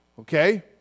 okay